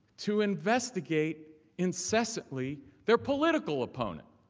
to investigate incessantly their political opponent.